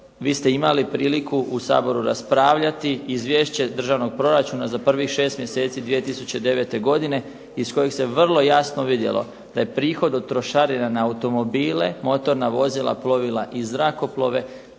Vi ste imali priliku u Saboru raspravljati izvješće državnog proračuna za prvih 6 mjeseci 2009. godine iz kojeg se vrlo jasno vidjelo da je prihod od trošarina na automobile, motorna vozila, plovila i zrakoplove